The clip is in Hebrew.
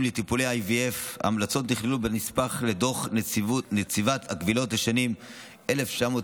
לטיפולי IVF. ההמלצות נכללו בנספח לדוח נציבת הקבילות לשנים 2000-1999,